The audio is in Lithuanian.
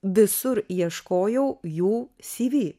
visur ieškojau jų cv